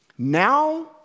Now